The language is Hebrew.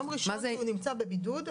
היום הראשון בו הוא נמצא בבידוד.